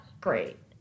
great